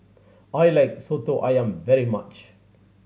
I like Soto Ayam very much